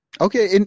Okay